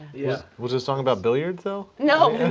yeah was the song about billiards, though. no.